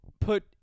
put